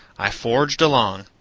i forged along.